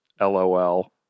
LOL